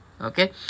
Okay